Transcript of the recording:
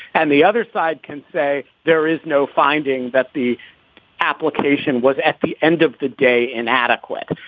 and the other side can say there is no finding that the application was at the end of the day, inadequate.